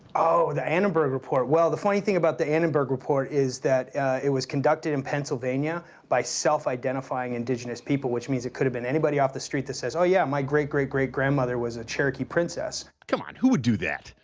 the annenberg report, the funny thing about the annenberg report is that it was conducted in pennsylvania by self-identifying indigenous people which means it could have been anybody off the street that says oh yeah, my great great great grandmother was a cherokee princess. come on. who would do that?